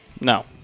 No